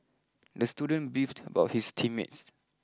the student beefed about his team mates